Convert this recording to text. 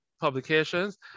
publications